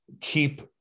keep